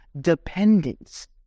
dependence